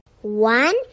One